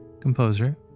composer